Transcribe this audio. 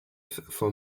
for